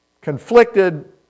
conflicted